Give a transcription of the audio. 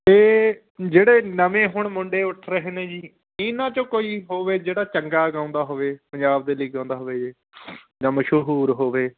ਅਤੇ ਜਿਹੜੇ ਨਵੇਂ ਹੁਣ ਮੁੰਡੇ ਉੱਠ ਰਹੇ ਨੇ ਜੀ ਇਹਨਾਂ ਚੋਂ ਕੋਈ ਹੋਵੇ ਜਿਹੜਾ ਚੰਗਾ ਗਾਉਂਦਾ ਹੋਵੇ ਪੰਜਾਬ ਦੇ ਲੀਡਰਾਂ ਦਾ ਹੋਵੇ ਜਾਂ ਮਸ਼ਹੂਰ ਹੋਵੇ